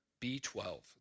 B12